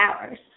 hours